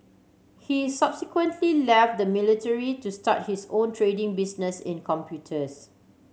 he subsequently left the military to start his own trading business in computers